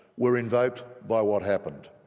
were invoked by what happened.